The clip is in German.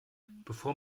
bevor